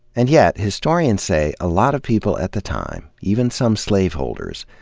and yet, historians say, a lot of people at the time, even some slaveholders,